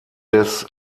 des